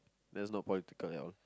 that's not political at all